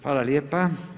Hvala lijepa.